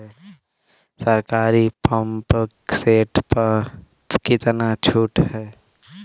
सरकारी pump set प कितना छूट हैं?